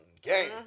game